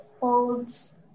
holds